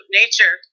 nature